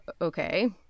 okay